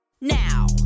now